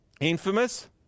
infamous